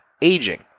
aging